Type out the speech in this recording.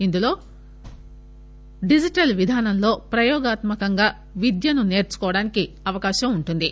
ఇందులో డిజిటల్ విధానంలో ప్రయోగాత్మకంగా విద్యార్దులు విద్యను సేర్చుకోవడానికి అవకాశం ఉంటుంది